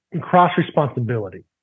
cross-responsibility